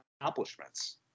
accomplishments